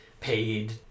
paid